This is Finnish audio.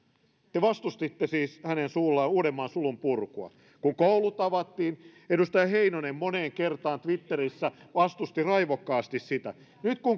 te vastustitte siis hänen suullaan uudenmaan sulun purkua kun koulut avattiin edustaja heinonen moneen kertaan twitterissä vastusti raivokkaasti sitä nyt